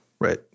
Right